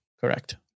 Correct